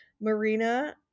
Marina